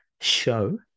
Show